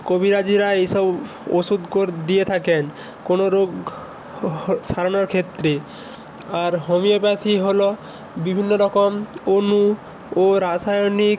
কবিরাজিরা এই সব ওষুধ কোর দিয়ে থাকেন কোনো রোগ সারানোর ক্ষেত্রে আর হোমিওপ্যাথি হলো বিভিন্ন রকম অনু ও রাসায়নিক